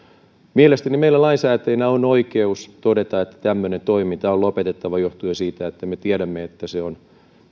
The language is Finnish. mielestäni meillä lainsäätäjinä on oikeus todeta että tämmöinen toiminta on lopetettava johtuen siitä että me tiedämme että se on